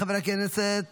חבר הכנסת